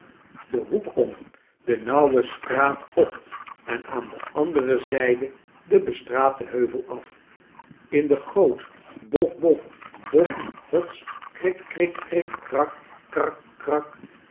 den hoek om denauwe straat op en aan de andere zijde den bestraten heuvel af in de goot bof bof bom hots krik krik krik krak krak krak